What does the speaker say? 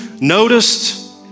noticed